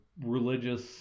religious